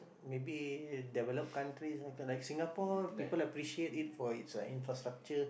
maybe developed country like Singapore people appreciate it for it's like infrastructure